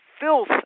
filth